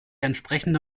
entsprechende